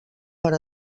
per